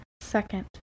Second